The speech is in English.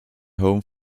home